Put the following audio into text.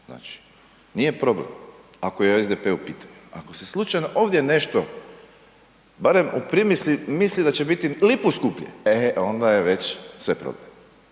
znači, nije problem ako je SDP u pitanju. Ako se slučajno ovdje nešto barem u primisli mislim da će biti i lipu skuplje, e onda je već sve problem.